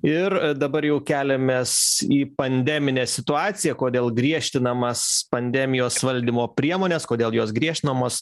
ir dabar jau keliamės į pandeminę situaciją kodėl griežtinamas pandemijos valdymo priemonės kodėl jos griežtinamos